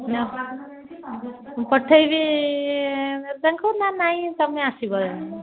ନା ମୁଁ ପଠାଇବି ତାଙ୍କୁ ନା ନାହିଁ ତୁମେ ଆସିବ